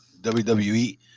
WWE